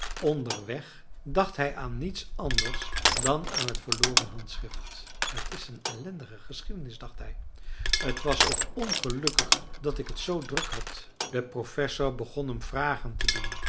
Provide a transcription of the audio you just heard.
onderweg dacht hij aan niets anders dan aan het verloren handschrift t is een ellendige geschiedenis dacht hij t was ook ongelukkig dat ik het zoo druk had de professor begon hem vragen te doen